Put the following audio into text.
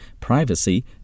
privacy